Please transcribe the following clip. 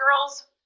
girls